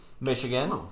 Michigan